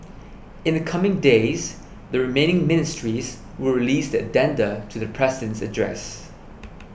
in the coming days the remaining ministries will release their addenda to the President's address